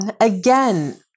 again